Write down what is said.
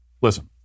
Listen